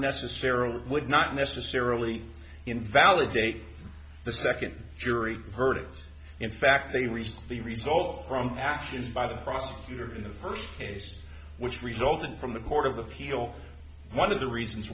necessarily would not necessarily invalidate the second jury verdict in fact they reached the result from athens by the prosecutor in the first case which resulted from the court of appeal one of the reasons